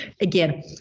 Again